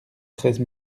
treize